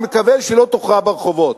אני מקווה שהיא לא תוכרע ברחובות.